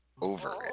over